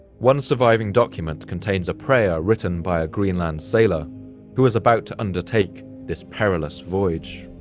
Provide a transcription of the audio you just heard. one surviving document contains a prayer written by a greenland sailor who was about to undertake this perilous voyage.